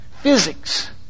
physics